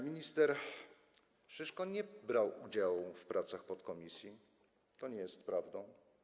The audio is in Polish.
Minister Szyszko nie brał udziału w pracach podkomisji, to nie jest prawda.